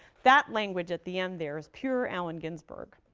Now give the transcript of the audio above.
that language at the end there is pure allen ginsberg.